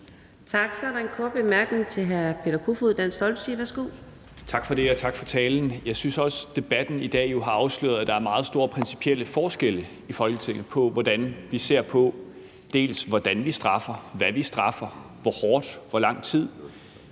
Tak. Så er der en kort bemærkning til hr. Peter Kofod, Dansk Folkeparti. Værsgo. Kl. 13:19 Peter Kofod (DF): Tak for det. Og tak for talen. Jeg synes også, debatten i dag har afsløret, at der er meget store principielle forskelle i Folketinget på, hvordan vi ser på, hvordan vi straffer, hvad vi straffer, hvor hårdt, i hvor lang tid.